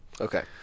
Okay